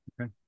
Okay